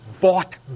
bought